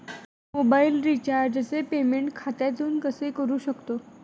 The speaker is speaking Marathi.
मोबाइल रिचार्जचे पेमेंट खात्यातून कसे करू शकतो?